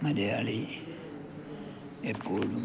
മലയാളി എപ്പോഴും